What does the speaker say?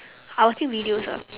I watching videos ah